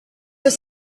peut